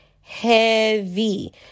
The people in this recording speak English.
heavy